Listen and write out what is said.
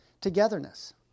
togetherness